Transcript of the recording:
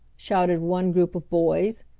shouted one group of boys.